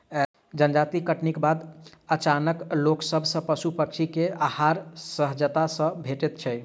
जजाति कटनीक बाद अनाजक नोकसान सॅ पशु पक्षी के आहार सहजता सॅ भेटैत छै